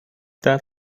that